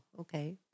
okay